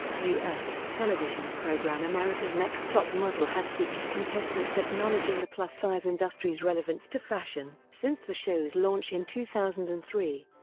u s. television program america's next top model has featured contestants acknowledging the plus-size industry's industry's relevance to fashion since the show's launch in two thousand and three.